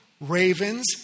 ravens